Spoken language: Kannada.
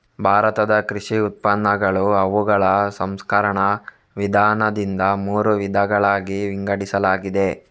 ಭಾರತದ ಕೃಷಿ ಉತ್ಪನ್ನಗಳನ್ನು ಅವುಗಳ ಸಂಸ್ಕರಣ ವಿಧಾನದಿಂದ ಮೂರು ವಿಧಗಳಾಗಿ ವಿಂಗಡಿಸಲಾಗಿದೆ